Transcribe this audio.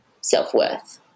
self-worth